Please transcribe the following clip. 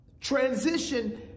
Transition